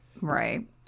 Right